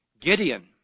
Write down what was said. Gideon